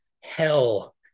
hell